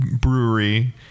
brewery